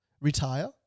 retire